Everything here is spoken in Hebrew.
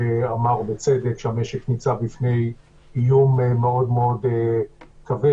שאמר בצדק שהמשק נמצא בפני איום מאוד מאוד כבד